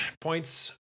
points